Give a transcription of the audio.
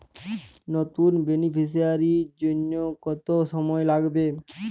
নতুন বেনিফিসিয়ারি জন্য কত সময় লাগবে?